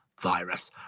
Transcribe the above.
virus